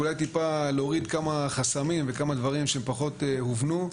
ואולי טיפה להוריד כמה חסמים וכמה דברים שפחות הובנו.